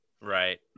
Right